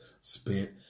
spent